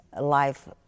life